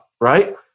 right